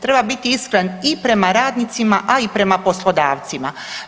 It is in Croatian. Treba biti iskren i prema radnicima, a i prema poslodavcima.